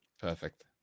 Perfect